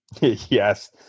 Yes